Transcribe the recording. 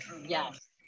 Yes